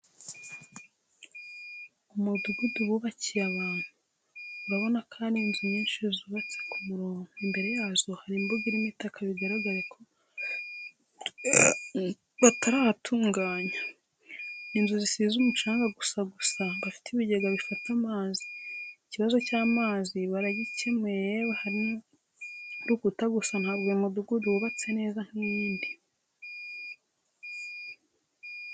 Umudugudu bubakiye abantu, urabona ko ari nzu nyinshi zubatse ku murongo, imbere yazo hari mbuga irimo itaka bigaragare ko batarahatunganya. Ni nzu zisize umucanga gusa gusa, bafite ibigega bifata amazi, ikibazo icy'amazi baragicyemuye yewe hari n'urukuta gusa ntabwo uyu mudugudu wubatse neza nk'iyindi.